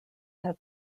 have